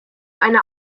eine